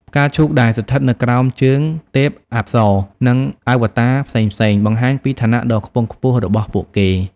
ផ្កាឈូកដែលស្ថិតនៅក្រោមជើងទេពអប្សរ និងអវតារផ្សេងៗ បង្ហាញពីឋានៈដ៏ខ្ពង់ខ្ពស់របស់ពួកគេ។